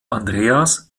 andreas